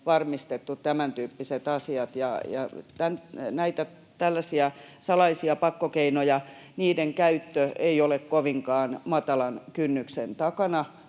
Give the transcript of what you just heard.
varmistettu tämäntyyppiset asiat. Näiden tällaisten salaisten pakkokeinojen käyttö ei ole kovinkaan matalan kynnyksen takana,